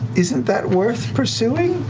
isn't that worth pursuing?